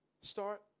Start